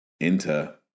enter